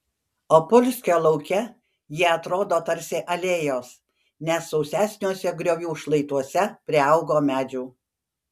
opulskio lauke jie atrodo tarsi alėjos nes sausesniuose griovių šlaituose priaugo medžių